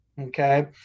Okay